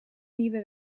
nieuwe